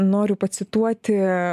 noriu pacituoti